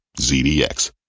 ZDX